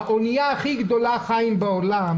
האנייה הכי גדולה בעולם,